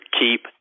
keep